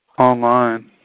Online